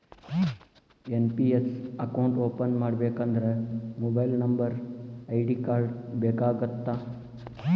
NPS account open ಮಾಡಬೇಕಂದ್ರ mobile number ID card ಬೇಕಾಗತ್ತಾ?